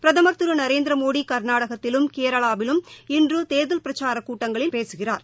பிரதம் திருநரேந்திரமோடிகள்நாடகத்திலும் கேரளாவிலும் இன்றுதேர்தல் பிரச்சாரக் கூட்டங்களில் பேசுகிறார்